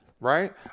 Right